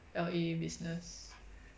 L_A business